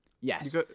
Yes